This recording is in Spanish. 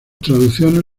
traducciones